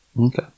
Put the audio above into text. Okay